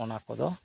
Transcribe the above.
ᱚᱱᱟ ᱠᱚᱫᱚ